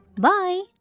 Bye